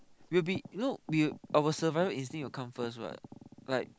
we will be you know we our survival instinct will come first right right